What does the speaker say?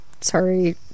sorry